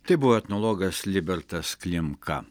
tai buvo etnologas libertas klimka